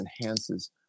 enhances